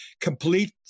complete